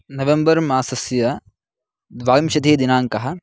नवम्बर् मासस्य द्वाविंशतिः दिनाङ्कः